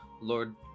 Lord